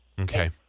Okay